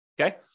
Okay